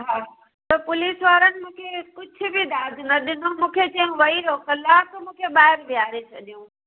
हा त पुलिस वारनि मूंखे कुझु बि साथ न ॾिनो मूंखे चयऊं वही रहो कलाक मूंखे ॿाहिरि विहारे छॾियऊं